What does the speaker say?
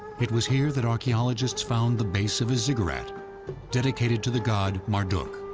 it was here that archaeologists found the base of a ziggurat dedicated to the god marduk.